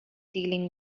dealing